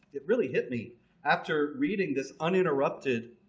it really hit me after reading this uninterrupted,